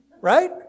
Right